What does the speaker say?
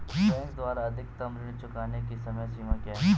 Bank द्वारा अधिकतम ऋण चुकाने की समय सीमा क्या है?